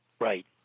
right